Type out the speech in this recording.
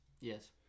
Yes